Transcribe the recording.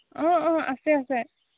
অঁ অঁ আছে আছে